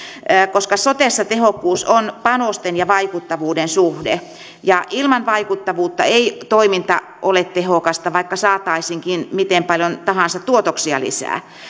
koska sotessa tehokkuus on panosten ja vaikuttavuuden suhde ja ilman vaikuttavuutta ei toiminta ole tehokasta vaikka saataisiinkin miten paljon tahansa tuotoksia lisää